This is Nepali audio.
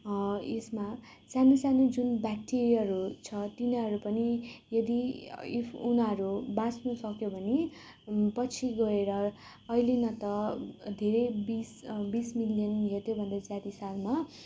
यसमा सानो सानो जुन ब्याक्ट्रियाहरू छ तिनीहरू पनि यदि इफ उनीहरू बाँच्नुसक्यो भने पछि गएर अहिले न त धेरै बिस बिस मिलियन या त त्योभन्दा ज्यादा सालमा